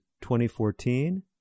2014